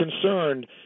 concerned